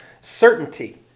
certainty